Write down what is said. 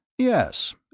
Yes